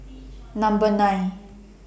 Number nine